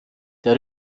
der